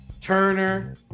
Turner